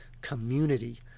community